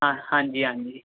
ਹਾਂ ਹਾਂਜੀ ਹਾਂਜੀ